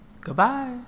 goodbye